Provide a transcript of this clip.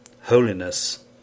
Holiness